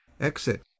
Exit